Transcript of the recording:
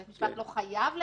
אבל בית המשפט לא חייב למנות.